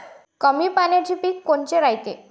कमी पाण्याचे पीक कोनचे रायते?